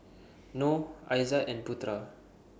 Nor Aizat and Putera